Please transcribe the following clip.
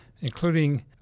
including